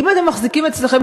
אם אתם מחזיקים אצלכם,